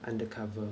undercover